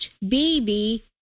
baby